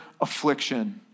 affliction